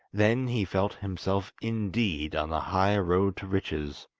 then he felt himself indeed on the high road to riches.